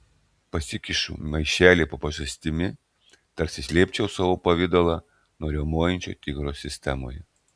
pasikišu maišelį po pažastimi tarsi slėpčiau savo pavidalą nuo riaumojančio tigro sistemoje